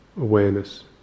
awareness